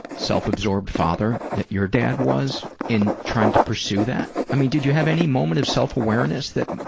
self-absorbed father that your dad was in trying to pursue that? i mean did you have any movement of self-awareness that